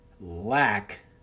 lack